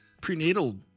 prenatal